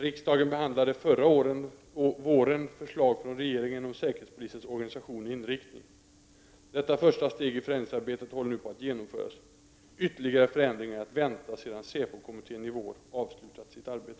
Riksdagen behandlade förra våren förslag från regeringen om säkerhetspolisens organisation och inriktning. Detta första steg i förändringsarbetet håller nu på att genomföras. Ytterligare förändringar är att vänta sedan säpo-kommittén i vår avslutat sitt arbete.